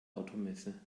automesse